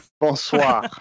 Bonsoir